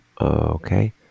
Okay